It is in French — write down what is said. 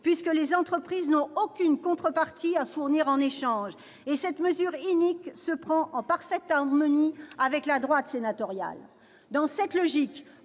puisque les entreprises n'ont aucune contrepartie à fournir en échange. Et cette mesure inique se prend en parfaite harmonie avec la droite sénatoriale ... Dans cette logique,